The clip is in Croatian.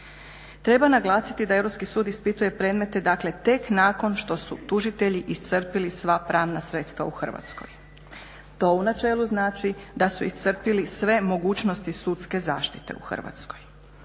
Treba naglasiti da Europski sud ispituje predmete dakle tek nakon što su tužitelji iscrpili sva pravna sredstva u Hrvatskoj. To u načelu znači da su iscrpili sve mogućnosti sudske zaštite u Hrvatskoj.